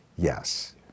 Yes